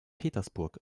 petersburg